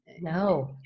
No